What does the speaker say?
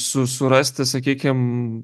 su surasti sakykim